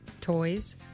toys